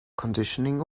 conditioning